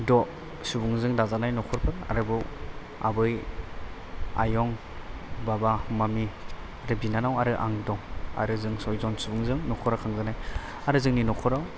द' सुबुंजों दाजानाय न'खरफोर आरोबाव आबै आयं बाबा मामि बिनानाव आरो आं दं आरो जों चयजन सुबुंजों न'खरा खुंजानाय आरो जोंनि न'खराव